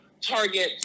Target